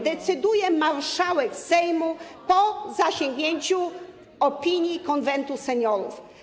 Decyduje marszałek Sejmu po zasięgnięciu opinii Konwentu Seniorów.